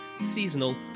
seasonal